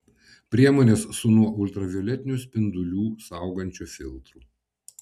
priemonės su nuo ultravioletinių spindulių saugančiu filtru